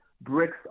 bricks